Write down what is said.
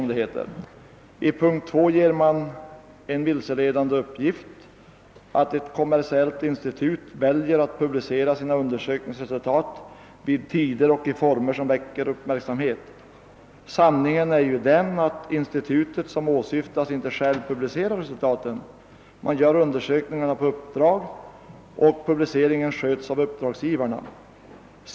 I den andra punkten lämnas den vilseledande uppgiften att ett kommersiellt institut väljer att publicera sina undersökningsresultat vid tider och i former som väcker uppmärksamhet. Sanningen är i stället den att det institut som åsyftas inte självt publicerar undersökningsresultaten. SIFO gör undersökningarna på uppdrag och publiceringen sköts av uppdragsgivarna.